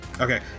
Okay